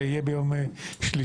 שיהיה ביום שלישי,